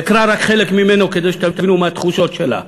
אקרא רק חלק ממנו, כדי שתבינו מה התחושות שלה: